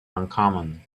uncommon